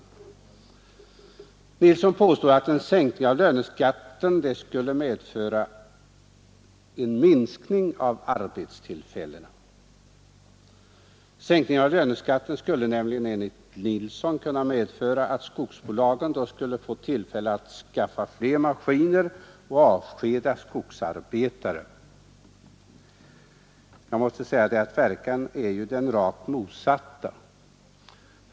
Herr Nilsson påstod att en sänkning av löneskatten skulle medföra en minskning av arbetstillfällena. En sådan sänkning skulle nämligen enligt herr Nilsson kunna medföra att skogsbolagen fick tillfälle att skaffa fler maskiner och avskeda skogsarbetare. Verkan är ju den rakt motsatta.